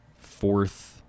fourth